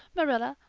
marilla,